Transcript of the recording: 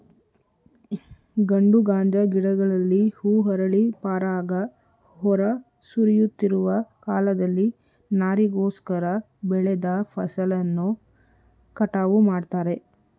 ಗಂಡು ಗಾಂಜಾ ಗಿಡಗಳಲ್ಲಿ ಹೂ ಅರಳಿ ಪರಾಗ ಹೊರ ಸುರಿಯುತ್ತಿರುವ ಕಾಲದಲ್ಲಿ ನಾರಿಗೋಸ್ಕರ ಬೆಳೆದ ಫಸಲನ್ನು ಕಟಾವು ಮಾಡ್ತಾರೆ